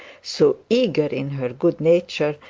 so eager in her good nature,